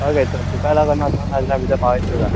okay चल तुका लागोन हांव दोन हजार भितर पावयता तुका